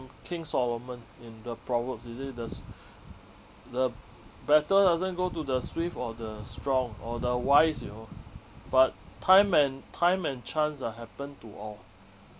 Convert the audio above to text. king solomon in the proverbs is it thes the battle doesn't go to the swift or the strong or the wise you know but time and time and chance are happen to all